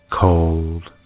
Cold